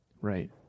Right